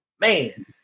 Man